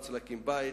להקים בית,